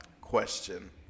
question